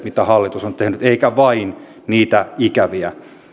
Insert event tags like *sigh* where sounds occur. *unintelligible* mitä hallitus on tehnyt eikä vain niitä ikäviä